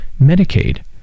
Medicaid